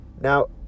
Now